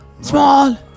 Small